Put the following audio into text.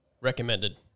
Recommended